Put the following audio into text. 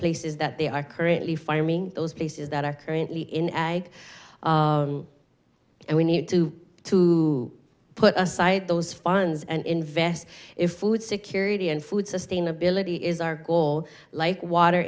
places that they are currently farming those places that are currently in ag and we need to to put aside those funds and invest if security food sustainability is our goal like water